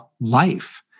life